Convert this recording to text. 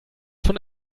von